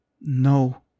No